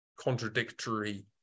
contradictory